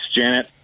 Janet